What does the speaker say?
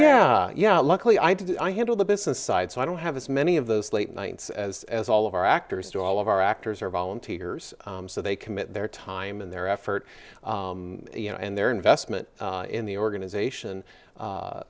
yeah yeah luckily i did i handle the business side so i don't have as many of those late nights as as all of our actors do all of our actors are volunteers so they commit their time and their effort you know and their investment in the organization